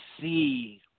see